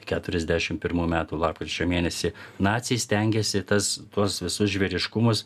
keturiasdešim pirmų metų lapkričio mėnesį naciai stengėsi tas tuos visus žvėriškumus